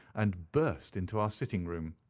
and burst into our sitting-room.